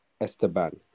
Esteban